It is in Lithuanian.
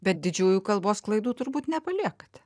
bet didžiųjų kalbos klaidų turbūt nepaliekate